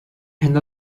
and